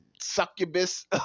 succubus